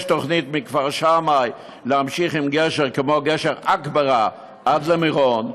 יש תוכנית מכפר שמאי להמשיך עם גשר כמו גשר עכברה עד למירון,